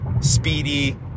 speedy